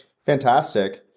Fantastic